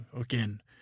Again